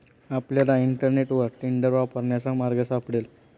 आपल्याला इंटरनेटवर टेंडर वापरण्याचा मार्ग सापडेल